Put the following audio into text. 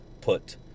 put